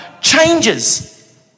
changes